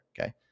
okay